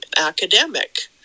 academic